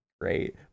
great